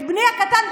את בני הקטן,